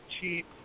cheap